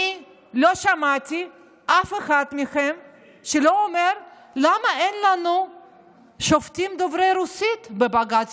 אני לא שמעתי אף אחד מכם שאומר: למה אין לנו שופטים דוברי רוסית בבג"ץ?